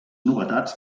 novetats